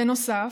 בנוסף,